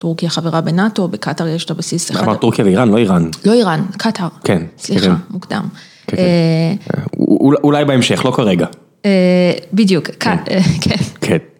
טורקיה חברה בנאטו בקטר יש את הבסיס אבל- טורקיה ואיראן לא איראן- לא איראן קטר, כן, סליחה מוקדם- אולי בהמשך לא כרגע. בדיוק.